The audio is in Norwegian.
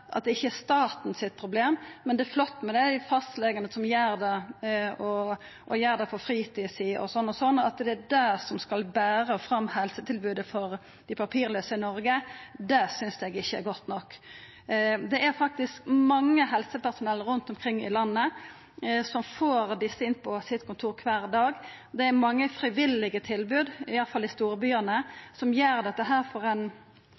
at det ikkje er staten sitt problem, men det er flott med dei fastlegane som gjer det og gjer det på fritida si, og sånn og sånn – og at det er det som skal bera fram helsetilbodet for dei papirlause i Noreg, synest eg ikkje er godt nok. Det er faktisk mykje helsepersonell rundt omkring i landet som får desse inn på kontoret sitt kvar dag. Det er mange frivillige tilbod, iallfall i storbyane, der ein